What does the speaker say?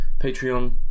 Patreon